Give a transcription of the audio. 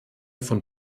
von